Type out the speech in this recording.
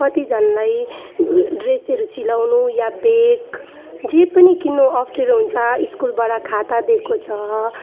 कतिजनालाई ड्रेसहरू सिलाउनु या ब्याग जे पनि किन्नु अप्ठ्यारो हुन्छ स्कुलबाट खाता दिएको छ